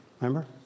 Remember